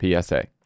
PSA